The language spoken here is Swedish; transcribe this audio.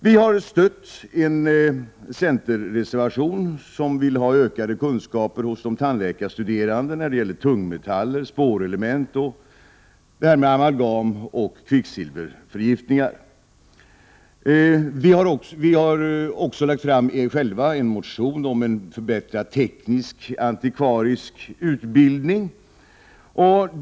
Vi har stött en centerreservation med krav på ökade kunskaper hos de tandläkarstuderande om tungmetaller, spårelement samt amalgamoch kvicksilverförgiftningar. Vi har själva väckt en motion om en förbättrad teknisk-antikvarisk utbildning.